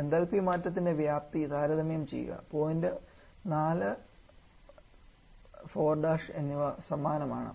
enthalpy മാറ്റത്തിന്റെ വ്യാപ്തി താരതമ്യം ചെയ്യുക പോയിന്റ് 4 4 എന്നിവ സമാനമാണ്